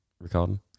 recording